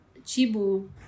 Chibu